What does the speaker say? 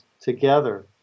together